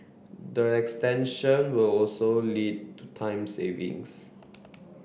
the extension will also lead to time savings